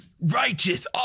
Righteous